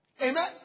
Amen